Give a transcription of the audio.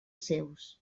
seus